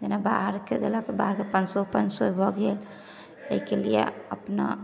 जेना बाहरके देलक बाहरके पैनसोह पैनसोह भऽ गेल एहिके लिए अपना